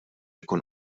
ikun